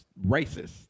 Racist